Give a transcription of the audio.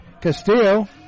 Castillo